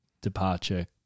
departure